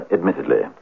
Admittedly